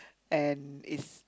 and is